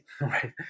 right